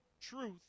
truth